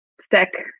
stick